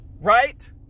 Right